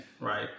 right